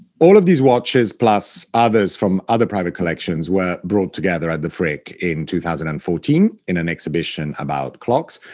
all of these watches, plus others from other private collections, were brought together at the frick in two thousand and fourteen in an exhibition about clocks.